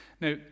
Now